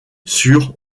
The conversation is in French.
sur